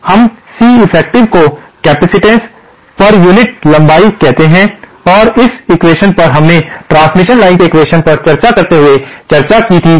हम C effective को capacitance प्रति यूनिट लंबाई कहते है और इस एक्वेशन्स पर हमने ट्रांसमिशन लाइन के एक्वेशन्स पर चर्चा करते हुए चर्चा की थी